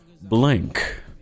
Blank